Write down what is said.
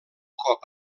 cop